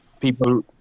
People